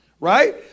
Right